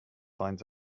finds